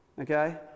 okay